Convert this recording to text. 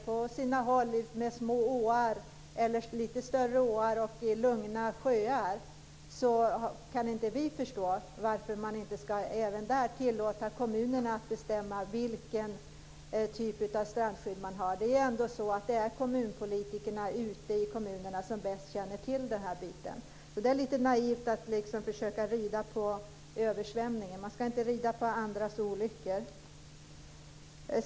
På sina håll utmed små åar eller lite större åar och lugna sjöar kan inte vi förstå varför man inte ska tillåta kommunerna att bestämma vilken typ av strandskydd man har. Det är ändå kommunpolitikerna i kommunerna som bäst känner till den här biten, så det är lite naivt att liksom försöka rida på översvämningar. Man ska inte rida på andras olyckor.